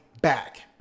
back